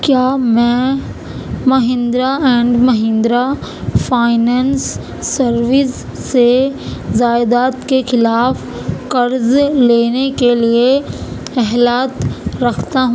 کیا میں Mahindra and Mahindra finance service سے جائیداد کے خلاف قرض لینے کے لیے اہلیت رکھتا ہوں